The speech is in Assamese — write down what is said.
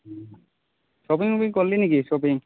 শ্বপিং ৱপিং কৰিলি নেকি শ্বপিং